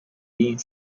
印刷